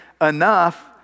enough